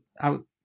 out